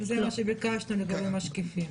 זה מה שביקשנו לגבי משקיפים.